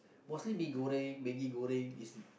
mostly mee Goreng Maggi-Goreng is